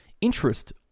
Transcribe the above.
Interest